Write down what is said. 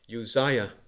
Uzziah